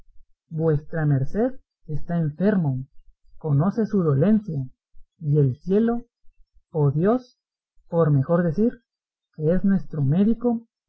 vuestra merced está enfermo conoce su dolencia y el cielo o dios por mejor decir que es nuestro médico